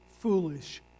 foolish